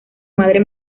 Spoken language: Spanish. madre